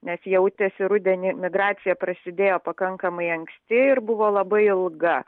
nes jautėsi rudenį migracija prasidėjo pakankamai anksti ir buvo labai ilga